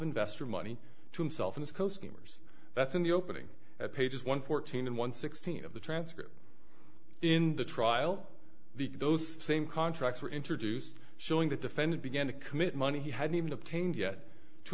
investor money to himself and the coast gamers that's in the opening at pages one fourteen and one sixteen of the transcript in the trial the those same contracts were introduced showing that defendant began to commit money he hadn't even obtained yet to